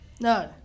No